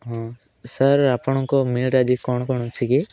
ହଁ ସାର୍ ଆପଣଙ୍କ ମେରେ ଆଜି କ'ଣ କ'ଣ ଅଛି କି